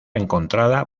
encontrada